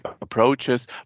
approaches